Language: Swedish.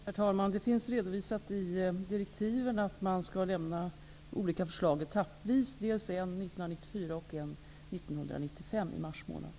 Herr talman! Det finns redovisat i direktiven att de olika förslagen skall lämnas etappvis, dels ett 1994, dels ett i mars månad 1995.